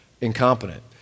incompetent